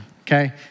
okay